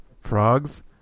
frogs